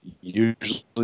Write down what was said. usually